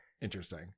Interesting